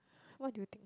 what do you think